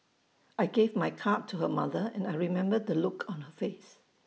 I gave my card to her mother and I remember the look on her face